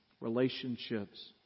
relationships